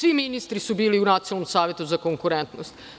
Svi ministri su bili u Nacionalnom savetu za konkurentnost.